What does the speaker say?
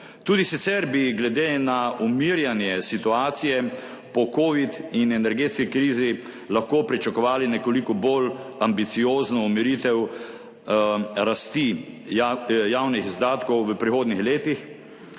Tudi sicer bi glede na umirjanje situacije po covid in energetski krizi lahko pričakovali nekoliko bolj ambiciozno umiritev rasti javnih izdatkov v prihodnjih letih,